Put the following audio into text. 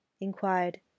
inquired